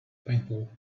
paintball